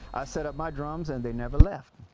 i said up my drums and they never left.